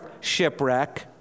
shipwreck